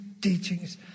teachings